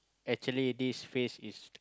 actually this phase is